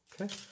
Okay